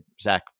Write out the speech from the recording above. Zach